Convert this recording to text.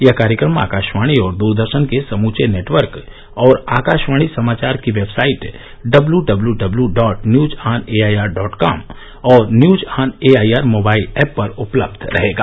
यह कार्यक्रम आकाशवाणी और द्रदर्शन के समुचे नेटवर्क और आकाशवाणी समाचार की website W W W dot news on A I R dot com और news on A I R mobile app पर उपलब्ध रहेगा